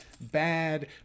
bad